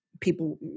people